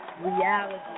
reality